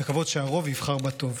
לקוות שהרוב יבחר בטוב.